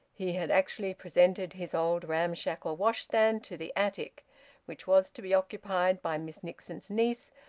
he had actually presented his old ramshackle washstand to the attic which was to be occupied by mrs nixon's niece,